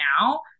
now